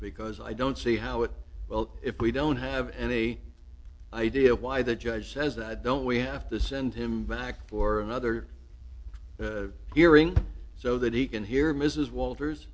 because i don't see how it well if we don't have any idea why the judge says that don't we have to send him back for another hearing so that he can hear mrs walters